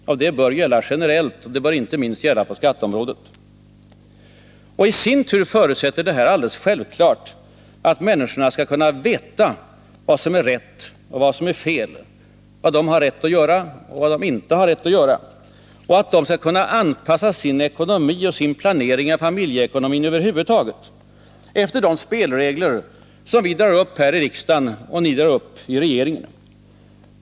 Det bör gälla generellt, och det bör inte minst gälla på skatteområdet. j I sin tur förutsätter detta — det är alldeles självklart — att människor skall kunna veta vad som är rätt och vad som är fel, vad de har rätt att göra och vad de inte har rätt att göra, och att de skall kunna anpassa sin ekonomi och sin 2 planering av familjeekonomin över huvud taget efter de spelregler som vi Nr 39 drar upp häri riksdagen och som ni drar uppi regeringen.